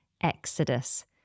exodus